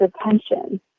attention